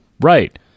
right